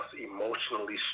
emotionally